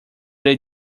good